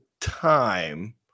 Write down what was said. time